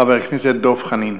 חבר הכנסת דב חנין,